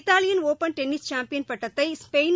Italian open tennis champion பட்டத்தை Spain